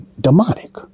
demonic